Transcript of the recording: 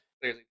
Clearly